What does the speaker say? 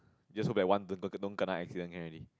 just hope that one don't don't kena accident can already